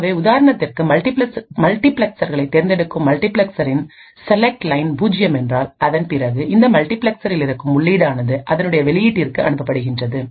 ஆகவே உதாரணத்திற்குமல்டிபிளெக்சர்களை தேர்ந்தெடுக்கும் மல்டிபிளெக்சரின் செலக்ட் லைன் பூஜ்ஜியம் என்றால் அதன் பிறகு இந்த மல்டிபிளெக்சரில் இருக்கும் உள்ளீடுடானது அதனுடைய வெளியீட்டிற்கு அனுப்பப்படுகிறது